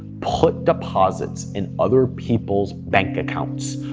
put deposits in other people's bank accounts.